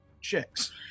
chicks